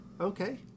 okay